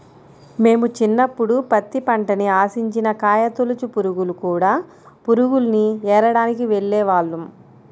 మేము చిన్నప్పుడు పత్తి పంటని ఆశించిన కాయతొలచు పురుగులు, కూడ పురుగుల్ని ఏరడానికి వెళ్ళేవాళ్ళం